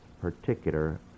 particular